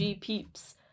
peeps